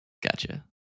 gotcha